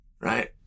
Right